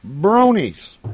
bronies